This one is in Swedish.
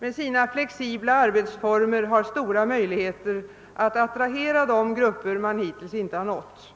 med sina flexibla arbetsformer har stora möjligheter att.attrahera de grupper man hittills inte har nått.